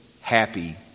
happy